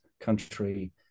country